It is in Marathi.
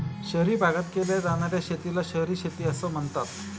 शहरी भागात केल्या जाणार्या शेतीला शहरी शेती असे म्हणतात